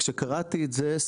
כשקראתי את זה,